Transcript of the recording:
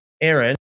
Aaron